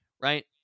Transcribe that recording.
right